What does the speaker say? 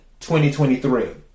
2023